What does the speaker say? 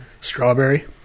Strawberry